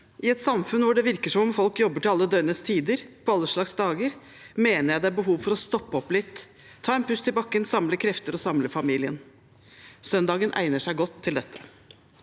I et samfunn hvor det virker som om folk jobber til alle døgnets tider, på alle slags dager, mener jeg det er behov for å stoppe opp litt, ta en pust i bakken, samle krefter og samle familien. Søndagen egner seg godt til dette.